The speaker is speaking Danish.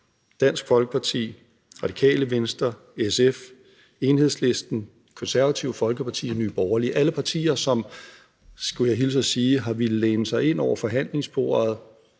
Dansk Folkeparti, Radikale Venstre, SF, Enhedslisten, Det Konservative Folkeparti og Nye Borgerlige. Alle partier, som – skulle jeg hilse og sige – ville læne sig ind over forhandlingsbordet